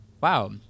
Wow